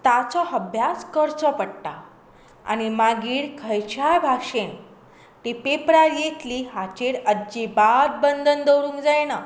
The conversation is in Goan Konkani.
ताचो अभ्यास करचो पडटा आनी मागीर खंयच्याय भाशेंत ती पेपरार येतली हाचेर अजिबात बंधन दवरूंक जायना